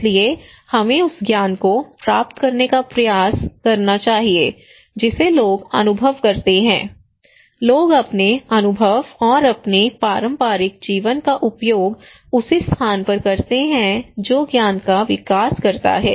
इसलिए हमें उस ज्ञान को प्राप्त करने का प्रयास करना चाहिए जिसे लोग अनुभव करते हैं लोग अपने अनुभव और अपने पारंपरिक जीवन का उपयोग उसी स्थान पर करते हैं जो ज्ञान का विकास करता है